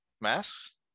Masks